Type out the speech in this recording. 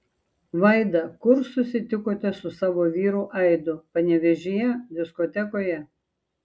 vaida kur susitikote su savo vyru aidu panevėžyje diskotekoje